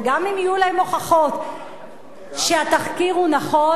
וגם אם יהיו להם הוכחות שהתחקיר הוא נכון,